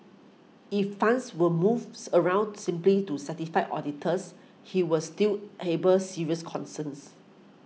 if funds were moves around simply to satisfy auditors he was still he burn serious concerns